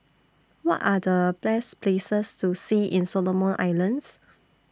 What Are The Best Places to See in Solomon Islands